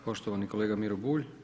Poštovani kolega Miro Bulj.